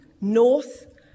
north